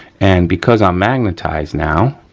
and because i'm magnetized now,